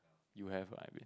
you have lah I mean